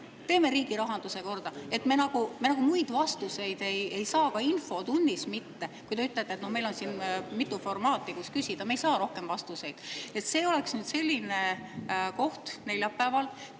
teeme riigi rahanduse korda. Me muid vastuseid ei saa, ka infotunnis mitte. Kui te ütlete, et meil on siin mitu formaati, kus küsida – me ei saa rohkem vastuseid. See oleks nüüd neljapäeval